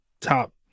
top